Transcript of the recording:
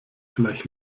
gleich